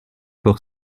pour